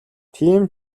тийм